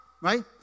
right